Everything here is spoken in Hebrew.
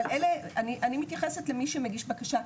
אבל אני מתייחסת למי שמגיש בקשה,